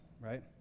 right